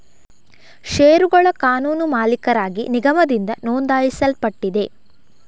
ಷೇರುಗಳ ಕಾನೂನು ಮಾಲೀಕರಾಗಿ ನಿಗಮದಿಂದ ನೋಂದಾಯಿಸಲ್ಪಟ್ಟಿದೆ